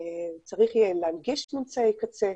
צריך יהיה להנגיש אמצעי קצה.